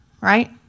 right